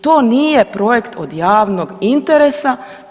To nije projekt od javnog interesa.